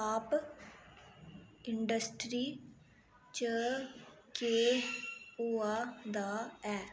pop industry च केह् होआ दा ऐ